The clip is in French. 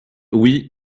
oui